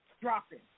dropping